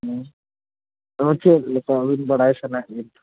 ᱟᱫᱚ ᱪᱮᱫᱞᱮᱠᱟ ᱟᱹᱵᱤᱱ ᱵᱟᱲᱟᱭ ᱥᱟᱱᱟᱭᱮᱫᱵᱤᱱᱟ ᱦᱟᱸᱜ